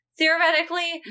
Theoretically